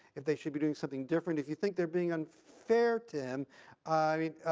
if they should be doing something different? if you think they're being unfair to um i mean,